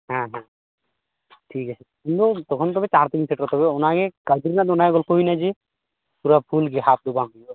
ᱦᱮᱸ ᱦᱮᱸ ᱴᱷᱤᱠ ᱜᱮᱭᱟ ᱩᱱᱫᱚ ᱛᱚᱠᱷᱚᱱ ᱫᱚ ᱪᱟᱲᱛᱤᱧ ᱥᱮᱴᱮᱨᱚᱜ ᱛᱚᱵᱮ ᱚᱱᱟᱜᱮ ᱠᱟᱹᱣᱰᱤ ᱨᱮᱱᱟᱜ ᱫᱚ ᱚᱱᱟᱜᱮ ᱜᱚᱞᱯᱚ ᱦᱩᱭᱮᱱᱟ ᱡᱮ ᱯᱩᱨᱟ ᱯᱷᱩᱞ ᱜᱮ ᱦᱟᱯ ᱫᱚ ᱵᱟᱝ ᱦᱩᱭᱩᱜᱼᱟ